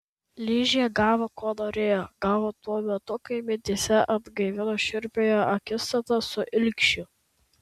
ližė gavo ko norėjo gavo tuo metu kai mintyse atgaivino šiurpiąją akistatą su ilgšiu